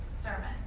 sermon